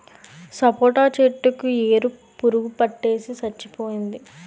సపోటా చెట్టు కి ఏరు పురుగు పట్టేసి సచ్చిపోయింది